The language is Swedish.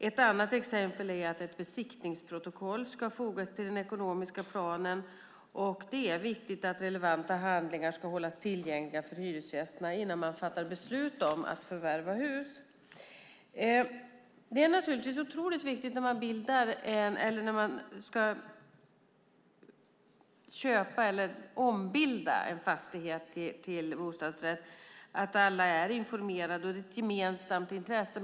Ett annat exempel är att ett besiktningsprotokoll ska fogas till den ekonomiska planen, och det är viktigt att relevanta handlingar ska hållas tillgängliga för hyresgästerna innan man fattar beslut om att förvärva hus. När man ska ombilda en fastighet till bostadsrätter är det naturligtvis otroligt viktigt att alla är informerade, eftersom det är ett gemensamt intresse.